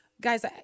guys